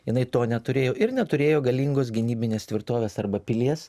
jinai to neturėjo ir neturėjo galingos gynybinės tvirtovės arba pilies